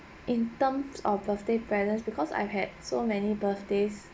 in terms of birthday presents because I've had so many birthdays